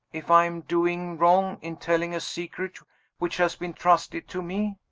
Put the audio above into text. if i am doing wrong in telling a secret which has been trusted to me,